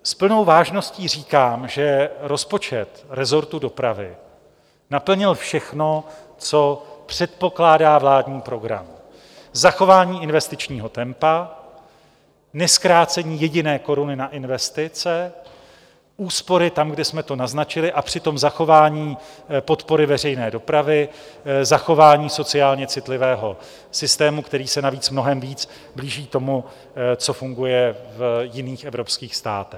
S plnou vážností říkám, že rozpočet resortu dopravy naplnil všechno, co předpokládá vládní program: zachování investičního tempa, nezkrácení jediné koruny na investice, úspory tam, kde jsme to naznačili, a přitom zachování podpory veřejné dopravy, zachování sociálně citlivého systému, který se navíc mnohem víc blíží tomu, co funguje v jiných evropských státech.